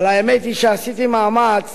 אבל האמת היא שעשיתי מאמץ